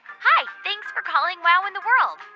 hi. thanks for calling wow in the world.